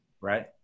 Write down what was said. Right